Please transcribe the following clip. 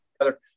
together